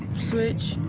switch.